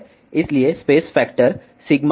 space factor क्या है इसलिए स्पेस फैक्टर dn2Ln